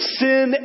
sin